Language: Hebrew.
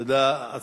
תודה.